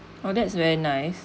oh that's very nice